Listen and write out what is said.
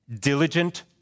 diligent